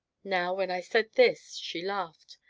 now, when i said this, she laughed,